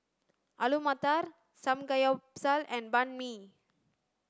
Alu Matar Samgeyopsal and Banh Mi